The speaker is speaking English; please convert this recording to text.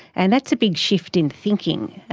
and that's a big shift in thinking,